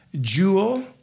Jewel